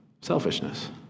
Selfishness